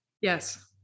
Yes